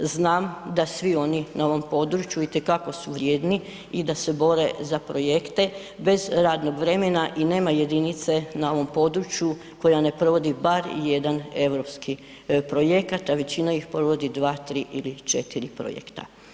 Znam da svi oni na ovom području itekako su vrijedni i da se bore za projekte bez radnog vremena i nema jedinice na ovom području koja ne provodi bar jedan europski projekat, a većina ih provodi dva, tri ili četiri projekta.